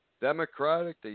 Democratic